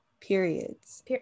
periods